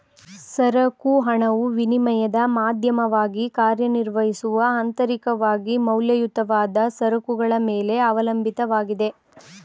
ಸರಕು ಹಣವು ವಿನಿಮಯದ ಮಾಧ್ಯಮವಾಗಿ ಕಾರ್ಯನಿರ್ವಹಿಸುವ ಅಂತರಿಕವಾಗಿ ಮೌಲ್ಯಯುತವಾದ ಸರಕುಗಳ ಮೇಲೆ ಅವಲಂಬಿತವಾಗಿದೆ